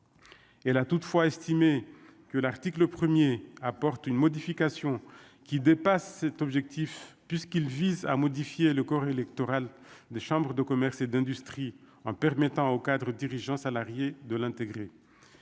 elle a toutefois estimé que l'Arctique le 1er apporte une modification qui dépasse cet objectif puisqu'il vise à modifier le corps électoral des chambres de commerce et d'industrie, en permettant aux cadres dirigeants salariés de l'intégrer,